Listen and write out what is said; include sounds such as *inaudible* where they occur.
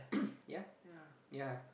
*coughs* yeah yeah